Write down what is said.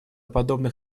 подобных